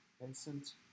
Vincent